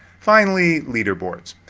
finally, leaderboards,